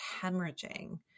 hemorrhaging